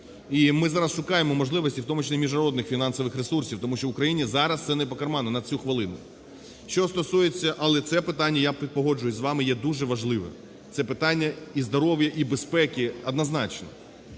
І ми зараз шукаємо можливості, у тому числі міжнародних фінансових ресурсів, тому що Україні зараз це не по карману, на цю хвилину. Що стосується… але це питання, я погоджуюсь з вами, є дуже важливе. Це питання і здоров'я, і безпеки однозначно.